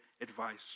advice